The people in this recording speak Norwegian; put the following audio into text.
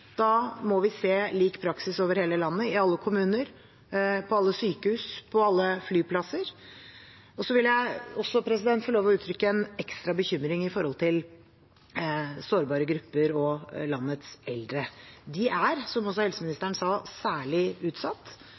Da må vi se lik praksis over hele landet i alle kommuner, på alle sykehus, på alle flyplasser. Jeg vil også få lov til å uttrykke en ekstra bekymring for sårbare grupper og landets eldre. De er, som også helseministeren sa, særlig utsatt.